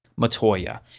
Matoya